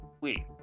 Wait